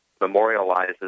memorializes